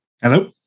Hello